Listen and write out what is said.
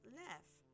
left